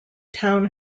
town